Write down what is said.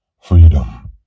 Freedom